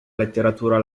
letteratura